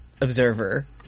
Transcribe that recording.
observer